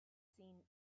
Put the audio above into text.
seen